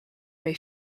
may